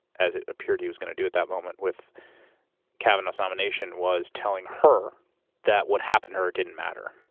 as it appeared he was going to do at that moment with kavanugh's nomination, was telling her that what happened to her, it didn't matter,